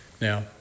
Now